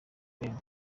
ben